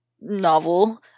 novel